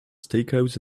steakhouse